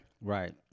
Right